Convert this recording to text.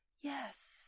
yes